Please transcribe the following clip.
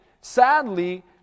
sadly